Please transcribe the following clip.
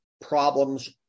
problems